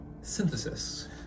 synthesis